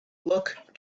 look